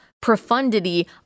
profundity